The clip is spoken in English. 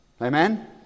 Amen